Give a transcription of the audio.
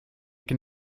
can